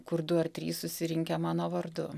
kur du ar trys susirinkę mano vardu